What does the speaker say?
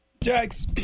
Jax